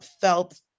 felt